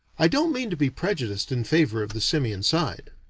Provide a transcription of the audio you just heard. i don't mean to be prejudiced in favor of the simian side.